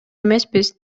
эмеспиз